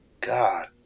God